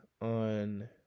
on